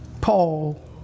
Paul